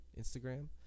Instagram